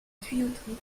tuyauterie